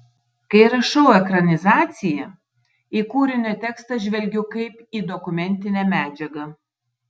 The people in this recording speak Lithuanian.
kai rašau ekranizaciją į kūrinio tekstą žvelgiu kaip į dokumentinę medžiagą